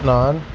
நான்